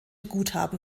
guthaben